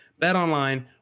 BetOnline